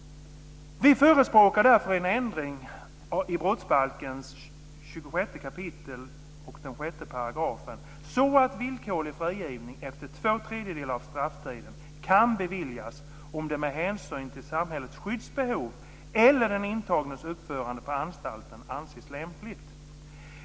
Vi förespråkar därför en ändring i brottsbalkens 26 kap. 6 § så att villkorlig frigivning efter två tredjedelar av strafftiden kan beviljas om det med hänsyn till samhällets skyddsbehov eller den intagnes uppförande på anstalten anses lämpligt.